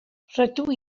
rydw